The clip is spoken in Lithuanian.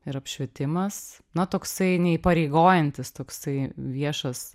ir apšvietimas na toksai neįpareigojantis toksai viešas